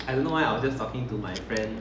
doing something then suddenly the phone